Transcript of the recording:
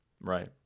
Right